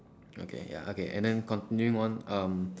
okay ya okay and then continuing on um